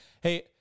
Hey